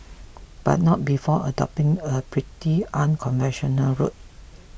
but not before adopting a pretty unconventional route